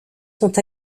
sont